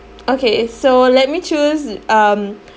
okay so let me choose um